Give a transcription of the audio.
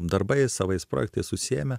darbais savais projektais užsiėmę